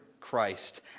Christ